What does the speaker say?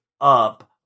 up